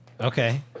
Okay